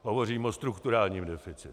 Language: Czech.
Hovořím o strukturálním deficitu.